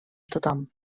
tothom